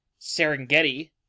serengeti